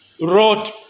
wrote